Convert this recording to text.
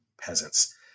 peasants